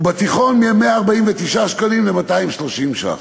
ובתיכון מ-149 ש"ח ל-230 ש"ח.